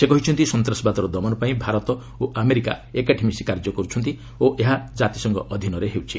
ସେ କହିଛନ୍ତି ସନ୍ତାସବାଦର ଦମନ ପାଇଁ ଭାରତ ଓ ଆମେରିକା ଏକାଠି ମିଶି କାର୍ଯ୍ୟ କରୁଛନ୍ତି ଓ ଏହା ଜାତିସଂଘ ଅଧୀନରେ ହେଉଛି